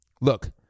Look